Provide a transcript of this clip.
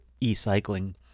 e-cycling